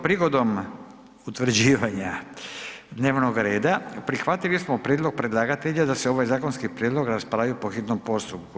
Prigodom utvrđivanja dnevnog reda prihvatili smo prijedlog predlagatelja da se ovaj zakonski prijedlog raspravi po hitnom postupku.